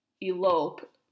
elope